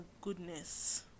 goodness